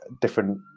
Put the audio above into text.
different